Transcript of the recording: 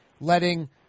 letting